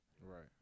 right